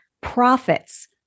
profits